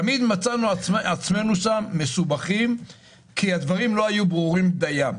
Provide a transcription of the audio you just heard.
תמיד מצאנו את עצמנו מסובכים שם כי הדברים לא היו ברורים דיים.